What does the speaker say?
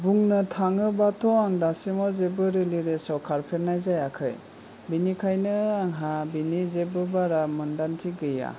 बुंनो थाङोबाथ' आं दासिमाव जेबो रिलिरेज आव खारफेरनाय जायाखै बिनिखायनो आंहा बिनि जेबो बारा मोन्दांथि गैया